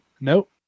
Nope